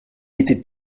était